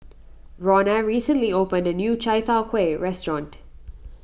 Ronna recently opened a new Chai Tow Kuay restaurant